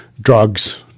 drugs